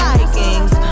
Vikings